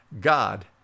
God